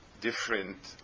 different